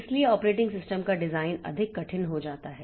इसलिए operating system का design अधिक कठिन हो जाता है